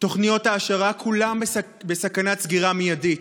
תוכניות העשרה, כולם בסכנת סגירה מיידית.